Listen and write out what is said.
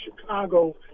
Chicago